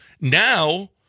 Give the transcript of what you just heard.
Now